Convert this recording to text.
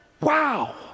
Wow